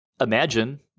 imagine